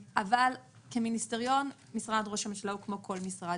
אבל כמיניסטריון משרד ראש הממשלה הוא כמו כל משרד.